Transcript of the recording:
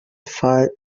file